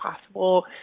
possible